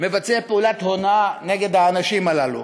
עושה פעולת הונאה נגד האנשים הללו,